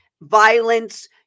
Violence